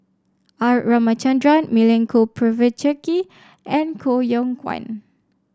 R Ramachandran Milenko Prvacki and Koh Yong Guan